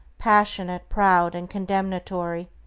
passionate, proud, and condemnatory,